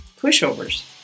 pushovers